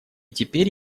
теперь